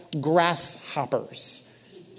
grasshoppers